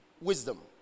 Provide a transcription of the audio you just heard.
wisdom